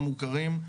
מוכרים.